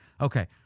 Okay